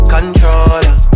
Controller